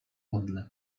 odlew